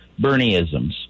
Bernieisms